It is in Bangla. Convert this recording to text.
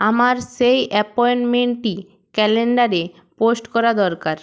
আমার সেই অ্যাপয়েন্টমেন্টটি ক্যালেন্ডারে পোস্ট করা দরকার